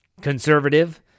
conservative